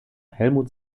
helmut